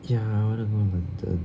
ya I want to go 伦敦